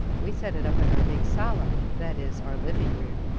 we set it up in our big sala, that is our living room,